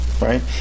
right